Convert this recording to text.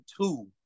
two